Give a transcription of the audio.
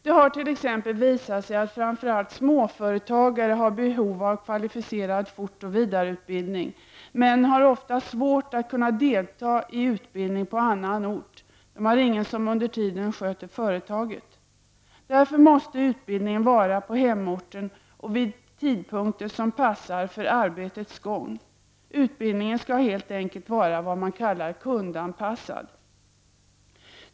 Det har t.ex. visat sig att framför allt småföretagare har behov av kvalificerad fort och vidareutbildning, men de har ofta svårt att kunna delta i utbildning på annan ort. De har ingen som under tiden sköter företaget. Därför måste utbildningen ske på hemorten och på tidpunkter som passar för arbetets gång. Utbildningen skall helt enkelt vara vad man kallar kundanpassad.